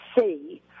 See